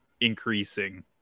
increasing